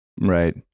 Right